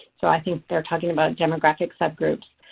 so i think they're talking about demographic subgroups.